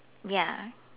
ya